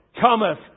cometh